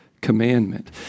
commandment